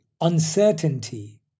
uncertainty